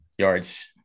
yards